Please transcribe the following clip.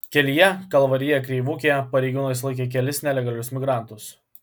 kelyje kalvarija kreivukė pareigūnai sulaikė kelis nelegalius migrantus